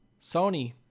Sony